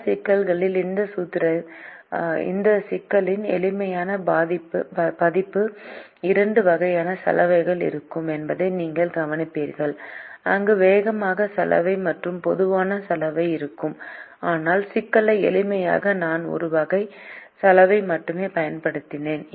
பல சிக்கல்களில் இந்த சிக்கலின் எளிமையான பதிப்பு இரண்டு வகையான சலவைகள் இருக்கும் என்பதை நீங்கள் கவனிப்பீர்கள் அங்கு வேகமான சலவை மற்றும் மெதுவான சலவை இருக்கும் ஆனால் சிக்கலை எளிமையாக்க நான் ஒரு வகை சலவை மட்டுமே பயன்படுத்தினேன்